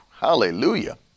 Hallelujah